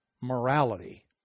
morality